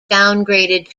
downgraded